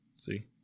See